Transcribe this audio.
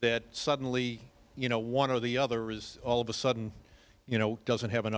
that suddenly you know one or the other is all of a sudden you know doesn't have enough